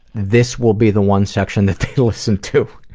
this will be the one section that they listen to.